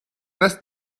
است